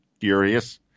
furious